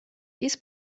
dies